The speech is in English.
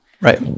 Right